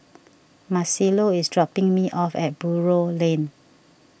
Marcelo is dropping me off at Buroh Lane